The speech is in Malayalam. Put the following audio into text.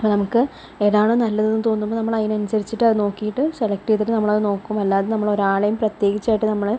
ഇപ്പോൾ നമുക്ക് ഏതാണോ നല്ലത് എന്ന് തോന്നുമ്പോൾ നമ്മൾ അതിനനുസരിച്ചിട്ട് അത് നോക്കിയിട്ട് സെലക്ട് ചെയ്തിട്ട് നമ്മൾ അത് നോക്കും അല്ലാതെ നമ്മൾ ഒരാളെയും പ്രത്യേകിച്ച് ആയിട്ട് നമ്മള്